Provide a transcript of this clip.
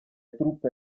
truppe